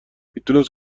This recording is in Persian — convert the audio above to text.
میتونست